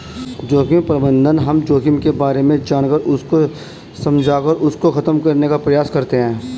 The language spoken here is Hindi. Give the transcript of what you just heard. जोखिम प्रबंधन हम जोखिम के बारे में जानकर उसको समझकर उसको खत्म करने का प्रयास करते हैं